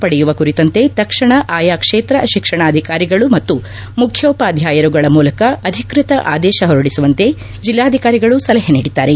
ಪಡೆಯುವ ಕುರಿತಂತೆ ತಕ್ಷಣ ಆಯಾ ಕ್ಷೇತ್ರ ಶಿಕ್ಷಣಾಧಿಕಾರಿಗಳು ಮತ್ತು ಮುಖ್ಯೋಪಾಧ್ಯಾಯರುಗಳ ಮೂಲಕ ಅಧಿಕೃತ ಆದೇಶ ಹೊರಡಿಸುವಂತೆ ಜಿಲ್ಲಾಧಿಕಾರಿಗಳು ಸಲಹೆ ನೀಡಿದ್ದಾರೆ